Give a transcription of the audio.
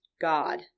God